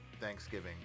Thanksgiving